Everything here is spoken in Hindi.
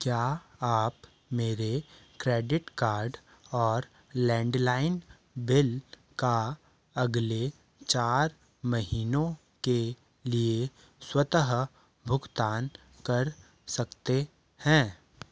क्या आप मेरे क्रेडिट कार्ड और लैंडलाइन बिल का अगले चार महीनों के लिए स्वतः भुगतान कर सकते हैं